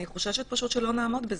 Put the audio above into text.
אני חוששת שלא נעמוד בזה.